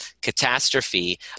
catastrophe